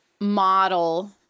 model